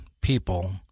people